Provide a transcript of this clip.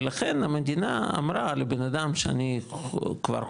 ולכן המדינה אמרה לבן אדם שבוודאות,